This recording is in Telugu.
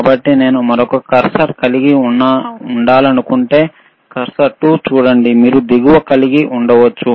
కాబట్టి నేను మరొక కర్సర్ కలిగి ఉండాలనుకుంటే కర్సర్ 2 చూడండి మీరు దిగువ కలిగి ఉండవచ్చు